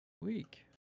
week